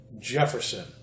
Jefferson